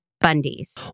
bundy's